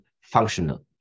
functional